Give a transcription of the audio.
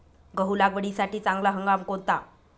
गहू लागवडीसाठी चांगला हंगाम कोणता?